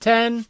Ten